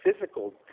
physical